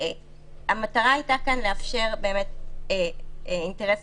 המטרה הייתה לאפשר אינטרס